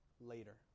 later